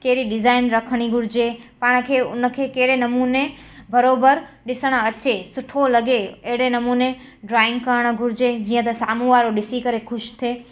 कहिड़ी डिजाइन रखणी घुरिजे पाण खे उनखे कहिड़े नमूने बराबरि ॾिसण अचे सुठो लॻे अहिड़े नमूने ड्रॉइंग करण घुरिजे जीअं त साम्हूं वारो ॾिसी करे ख़ुशि थिए